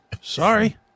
Sorry